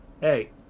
Hey